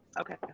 Okay